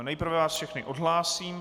Nejprve vás všechny odhlásím.